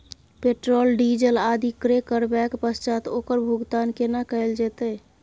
Petrol, diesel आदि क्रय करबैक पश्चात ओकर भुगतान केना कैल जेतै?